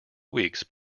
weeks